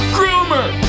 Groomer